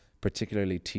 particularly